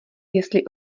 jestli